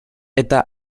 eta